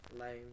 Lame